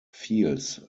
fields